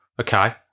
Okay